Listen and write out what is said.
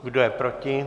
Kdo je proti?